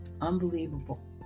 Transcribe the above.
Unbelievable